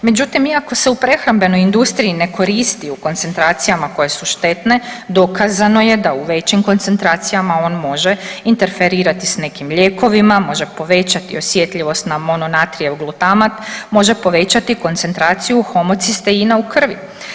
Međutim, iako se u prehrambenoj industriji ne koristi u koncentracijama koje su štetne, dokazano je da u većim koncentracijama on može interferirati s nekim lijekovima, može povećati osjetljivost na mononatrijev glutamat, može povećati koncentraciju homocisteina u krvi.